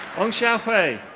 ong chiaw huay.